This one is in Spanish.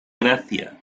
gracia